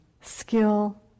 skill